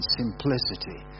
simplicity